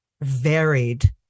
varied